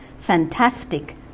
fantastic